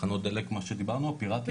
תחנות דלק מה שדיברנו, הפיראטיות?